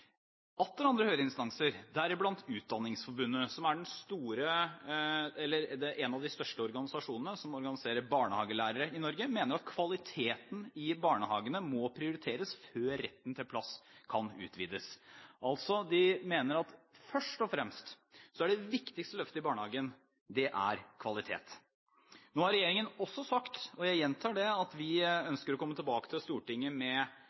Atter andre høringsinstanser, deriblant Utdanningsforbundet, som er en av de største organisasjonene som organiserer barnehagelærere i Norge, mener at kvaliteten i barnehagene må prioriteres før retten til plass kan utvides. De mener altså at det viktigste løftet i barnehagen først og fremst er kvalitet. Regjeringen har også sagt – og jeg gjentar det – at vi ønsker å komme tilbake til Stortinget med